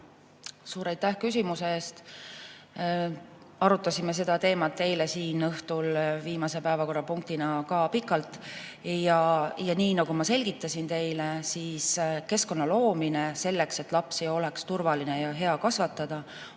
Suur aitäh küsimuse eest! Arutasime seda teemat siin eile õhtul viimase päevakorrapunktina ka pikalt. Nagu ma selgitasin teile, siis keskkonna loomine selleks, et lapsi oleks turvaline ja hea kasvatada,